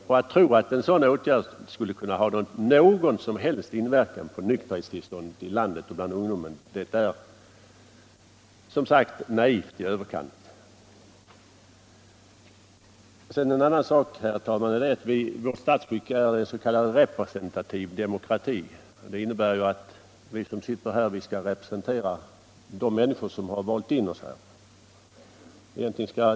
Och att tro att en sådan åtgärd som att förbjuda mellanölet skulle kunna ha någon som helst inverkan på nykterhetstillståndet i landet och bland ungdomen är som sagt naivt i överkant. En sak till, herr talman! Vårt statsskick bygger på s.k. representativ demokrati. Det innebär ju att vi som sitter här skall representera de människor som valt in oss.